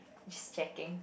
it's checking